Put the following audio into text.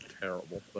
terrible